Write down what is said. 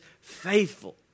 faithful